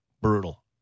brutal